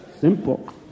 Simple